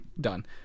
done